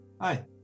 Hi